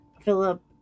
Philip